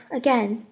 again